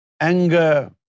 Anger